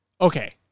Okay